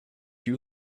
you